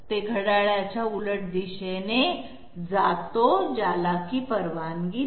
ते घड्याळाच्या उलट दिशेने जातो ज्याला परवानगी नाही